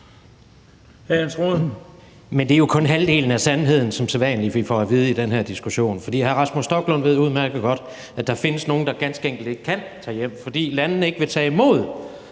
det er jo som sædvanlig kun halvdelen af sandheden, vi får at vide i den her diskussion. For hr. Rasmus Stoklund ved udmærket godt, at der findes nogle, der ganske enkelt ikke kan tage hjem, fordi landene ikke vil tage imod